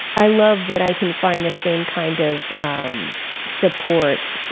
i love that i can find the same kind of um support,